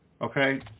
okay